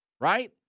Right